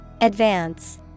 Advance